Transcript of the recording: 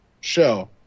show